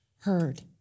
heard